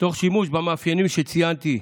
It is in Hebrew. תוך שימוש במאפיינים שציינתי,